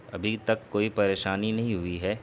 ابھی تک کوئی پریشانی نہیں ہوئی ہے